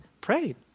Pray